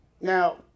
Now